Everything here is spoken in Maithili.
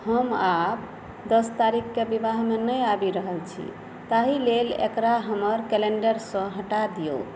हम आब दस तारीखकेँ विवाहमे नहि आबि रहल छी ताहि लेल एकरा हमर कैलेण्डरसँ हटा दिऔ